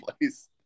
place